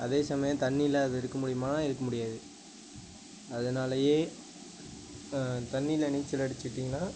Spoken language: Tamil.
அதே சமயம் தண்ணில அது இருக்க முடியுமானா இருக்க முடியாது அதனாலையே தண்ணில நீச்சல் அடிச்சிவிட்டிங்கன்னா